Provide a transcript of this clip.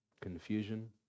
confusion